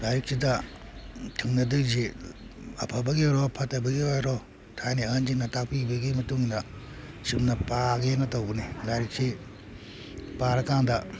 ꯂꯥꯏꯔꯤꯛꯁꯤꯗ ꯊꯦꯡꯅꯗꯣꯏꯁꯤ ꯑꯐꯕꯒꯤ ꯑꯣꯏꯔꯣ ꯐꯠꯇꯕꯒꯤ ꯑꯣꯏꯔꯣ ꯊꯥꯏꯅ ꯑꯍꯟꯁꯤꯡꯅ ꯇꯥꯛꯄꯤꯕꯒꯤ ꯃꯇꯨꯡ ꯏꯟꯅ ꯆꯨꯝꯅ ꯄꯥꯒꯦꯅ ꯇꯧꯕꯅꯤ ꯂꯥꯏꯔꯤꯛꯁꯤ ꯄꯥꯔ ꯀꯥꯟꯗ